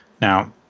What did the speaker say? Now